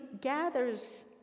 gathers